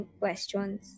questions